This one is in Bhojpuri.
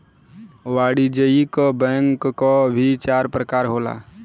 वाणिज्यिक बैंक क भी चार परकार होला